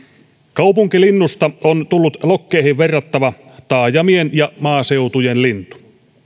kaupunkilinnusta on tullut lokkeihin verrattava taajamien ja maaseutujen lintu